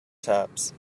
taps